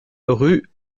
rue